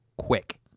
Quick